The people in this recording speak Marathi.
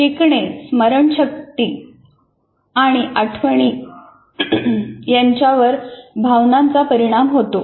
शिकणे स्मरणशक्ती आणि आठवणी यांच्यावर भावनांचा परिणाम होतो